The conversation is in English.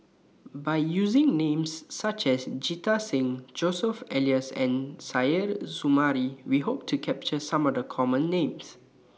By using Names such as Jita Singh Joseph Elias and Suzairhe Sumari We Hope to capture Some of The Common Names